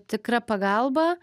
tikra pagalba